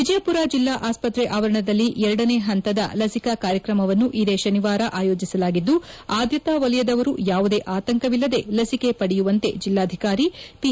ವಿಜಯಪುರ ಜಿಲ್ಲಾ ಅಸ್ಪತ್ರೆ ಅವರಣದಲ್ಲಿ ಎರಡನೇ ಹಂತದ ಲಸಿಕಾ ಕಾರ್ಯಕ್ರಮವನ್ನು ಇದೇ ಶನಿವಾರ ಅಯೋಜಿಸಲಾಗಿದ್ದು ಅದ್ಯತಾ ವಲಯದವರು ಯಾವುದೇ ಆತಂಕವಿಲ್ಲದೆ ಲಸಿಕೆ ಪಡೆಯುವಂತೆ ಜಿಲ್ಲಾಧಿಕಾರಿ ಪಿ